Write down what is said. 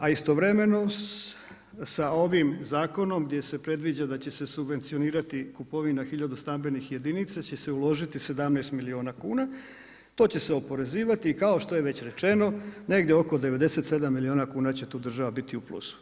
A istovremeno sa ovim zakonom gdje se predviđa da će se subvencionirati kupovina tisuću stambenih jedinca će se uložiti 17 milijuna kuna, to će se oporezivati i kao što je već rečeno negdje oko 97 milijuna kuna će tu država biti u plusu.